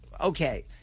okay